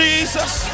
Jesus